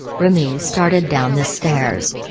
remy started down the stairs.